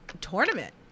tournament